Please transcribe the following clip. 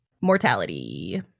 Mortality